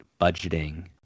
budgeting